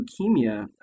leukemia